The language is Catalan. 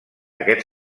aquest